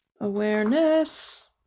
awareness